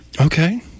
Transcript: Okay